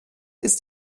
ist